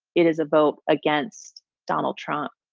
it is a vote against donald trump.